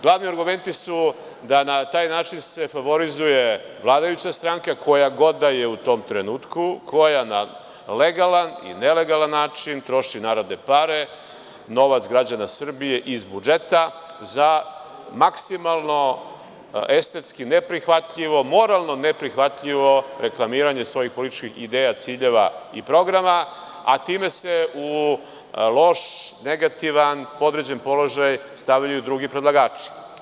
Glavni argumenti su da se na taj način favorizuje vladajuća stranka, koja god da je u tom trenutku, koja na legalan i nelegalan način troši narodne pare, novac građana Srbije iz budžeta za maksimalno estetski neprihvatljivo, moralno neprihvatljivo reklamiranje svojih političkih ideja, ciljeva i programa, a time se u loš, negativan, podređen položaj stavljaju drugi predlagači.